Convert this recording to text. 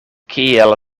kiel